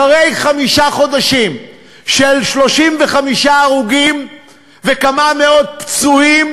אחרי חמישה חודשים של 35 הרוגים וכמה מאות פצועים,